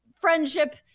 friendship